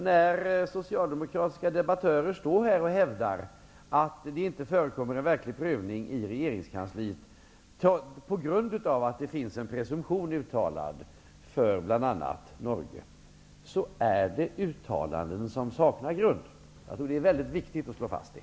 När socialdemokratiska debattörer står här och hävdar att det inte förekommer en verklig prövning i regeringskansliet, på grund av att det finns en presumtion uttalad för bl.a. Norge, är det uttalanden som saknar grund. Jag tror att det är mycket viktigt att slå fast det.